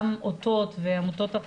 גם אותות ועמותות אחרות,